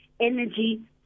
energy